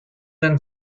than